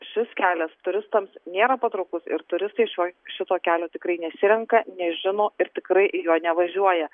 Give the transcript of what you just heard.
šis kelias turistams nėra patrauklus ir turistai šioj šito kelio tikrai nesirenka nežino ir tikrai juo nevažiuoja